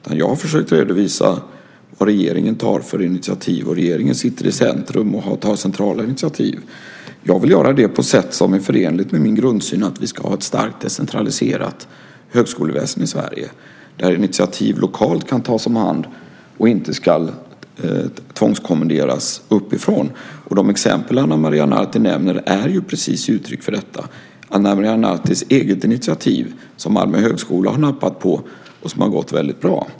Jag har försökt att redovisa vad regeringen tar för initiativ. Regeringen sitter i centrum och tar centrala initiativ. Jag vill ta initiativ på ett sätt som är förenligt med min grundsyn att vi ska ha ett starkt decentraliserat högskoleväsende i Sverige. Initiativ ska tas om hand lokalt och inte tvångskommenderas uppifrån. De exempel Ana Maria Narti nämner ger precis uttryck för detta. Ana Maria Nartis eget initiativ har Malmö högskola nappat på, och det har gått bra.